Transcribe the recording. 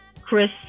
Chris